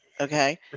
okay